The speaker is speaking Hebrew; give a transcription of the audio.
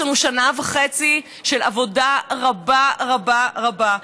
יש לנו שנה וחצי של עבודה רבה רבה רבה,